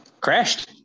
Crashed